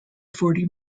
forty